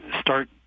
start